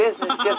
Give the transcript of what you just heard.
business